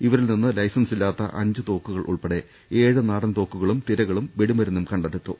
ഇവരിൽ നിന്നും ലൈസൻസില്ലാത്ത അഞ്ച് തോക്കുകൾ ഉൾപ്പെടെ ഏഴ് നാടൻ തോക്കുകളും തിരകളും വെടിമരുന്നും കണ്ടെടുത്തു